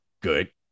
good